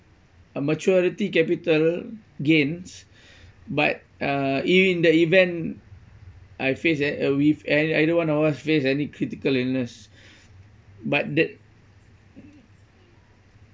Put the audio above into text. maturity capital gains but uh in the event I face that we ei~ either one of us face any critical illness but that